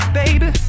baby